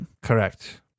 Correct